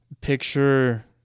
picture